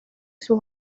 sus